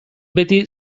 beti